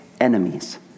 enemies